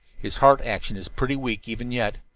his heart action is pretty weak even yet.